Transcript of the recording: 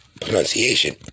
pronunciation